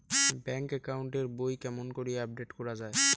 Bank account এর বই কেমন করি আপডেট করা য়ায়?